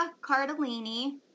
cardellini